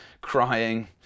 crying